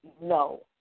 no